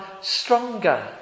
stronger